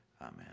amen